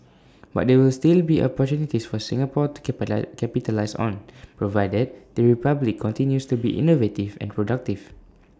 but there will still be opportunities for Singapore to capitalise on provided the republic continues to be innovative and productive